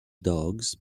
dogs